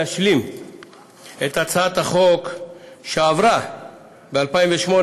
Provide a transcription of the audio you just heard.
להשלים את הצעת החוק שעברה ב-2008,